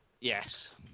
Yes